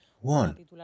One